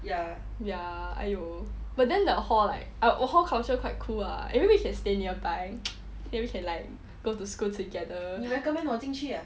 ya !aiyo! but then the hall like the hall culture quite cool lah everybody can stay nearby maybe can like go to school together